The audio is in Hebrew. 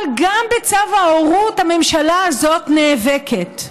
אבל גם בצו ההורות הממשלה הזאת נאבקת.